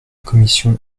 commission